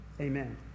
Amen